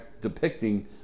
depicting